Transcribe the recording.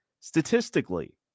statistically